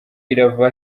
irava